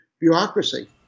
bureaucracy